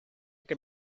que